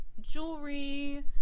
jewelry